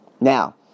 Now